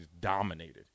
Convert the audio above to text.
dominated